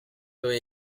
though